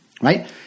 Right